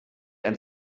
and